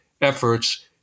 efforts